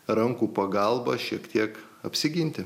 rankų pagalba šiek tiek apsiginti